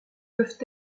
peuvent